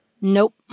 Nope